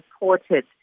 reported